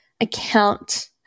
account